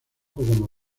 como